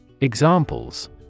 Examples